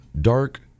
Dark